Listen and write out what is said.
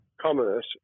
commerce